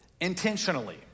intentionally